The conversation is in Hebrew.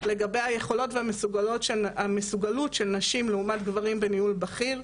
לגבי היכולות והמסוגלות של נשים לעומת גברים בניהול בכיר,